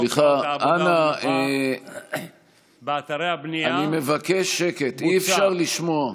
סליחה, אני מבקש שקט, אי-אפשר לשמוע.